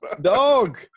dog